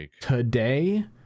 today